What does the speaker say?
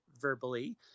verbally